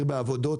העיר בעבודות,